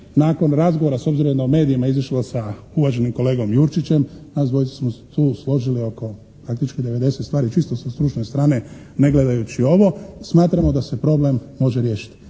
nakon razgovora s obzirom da je u medijima izašlo sa uvaženim kolegom Jurčićem nas dvojica smo se tu složili oko praktički 90 stvari čisto sa stručne strane ne gledajući ovo. Smatramo da se problem može riješiti.